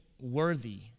worthy